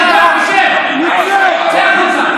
אתה כפוי טובה.